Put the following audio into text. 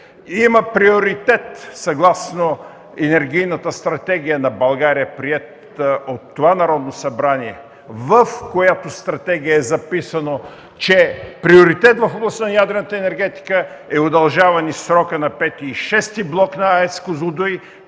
Има приоритет, съгласно Енергийната стратегия на България, приета от това Народно събрание, в която е записано, че приоритет в областта на ядрената енергетика е удължаване срока на V и VІ блок на АЕЦ